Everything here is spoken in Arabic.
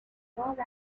طوال